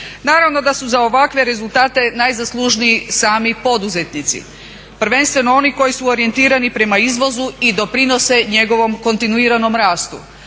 Naravno da su za ovakve rezultate najzaslužniji sami poduzetnici, prvenstveno oni koji su orijentirani prema izvozu i doprinose njegovom kontinuiranom rastu,